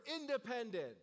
independent